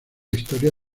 historia